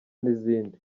n’izindi